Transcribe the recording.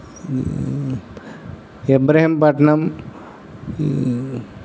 ఇదీ ఇబ్రహింపట్నం